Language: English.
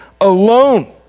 alone